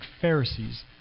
Pharisees